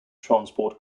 transport